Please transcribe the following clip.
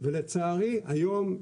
ולצערי היום,